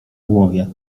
głowie